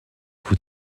vous